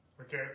Okay